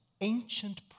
Ancient